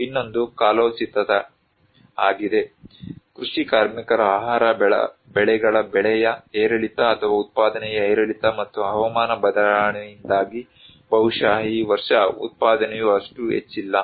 ಇನ್ನೊಂದು ಕಾಲೋಚಿತ ಆಗಿದೆ ಕೃಷಿ ಕಾರ್ಮಿಕರ ಆಹಾರ ಬೆಳೆಗಳ ಬೆಲೆಯ ಏರಿಳಿತ ಅಥವಾ ಉತ್ಪಾದನೆಯ ಏರಿಳಿತ ಮತ್ತು ಹವಾಮಾನ ಬದಲಾವಣೆಯಿಂದಾಗಿ ಬಹುಶಃ ಈ ವರ್ಷ ಉತ್ಪಾದನೆಯು ಅಷ್ಟು ಹೆಚ್ಚಿಲ್ಲ